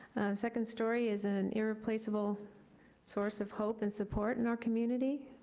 second story is an irreplaceable source of hope and support in our community.